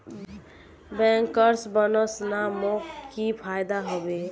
bankers bonus स मोक की फयदा हबे